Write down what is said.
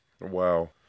Wow